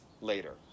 later